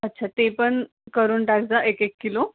अच्छा ते पण करून टाकजा एक एक किलो